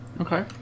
Okay